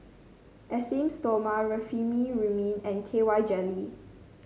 Esteem Stoma Remifemin and K Y Jelly